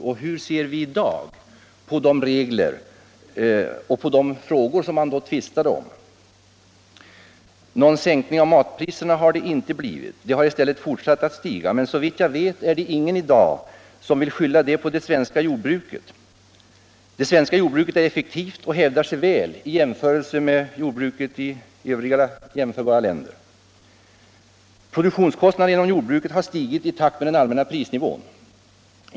Och hur ser vi i dag på de frågor man då tvistade om? Någon sänkning av matpriserna har det inte blivit. De har i stället fortsatt att stiga. Men såvitt jag vet är det ingen i dag som vill skylla detta på det svenska jordbruket. Det svenska jordbruket är effektivt och hävdar sig väl i förhållande till jordbruket i jämförbara länder. Produktionskostnaderna inom jordbruket har stigit i takt med den allmänna prisnivån.